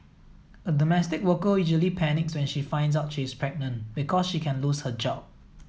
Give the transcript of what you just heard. a domestic worker usually panics when she finds out she is pregnant because she can lose her job